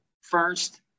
First